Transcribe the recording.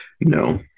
No